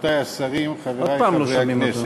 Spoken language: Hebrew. רבותי השרים, חברי חברי הכנסת,